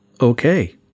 okay